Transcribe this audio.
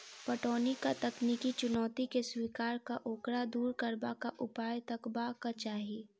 पटौनीक तकनीकी चुनौती के स्वीकार क ओकरा दूर करबाक उपाय तकबाक चाही